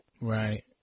Right